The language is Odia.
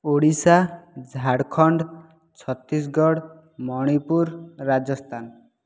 ଓଡ଼ିଶା ଝାଡ଼ଖଣ୍ଡ ଛତିଶଗଡ଼ ମଣିପୁର ରାଜସ୍ତାନ